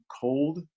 cold